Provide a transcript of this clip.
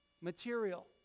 material